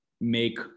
make